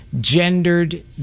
gendered